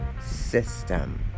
system